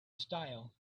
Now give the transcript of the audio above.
style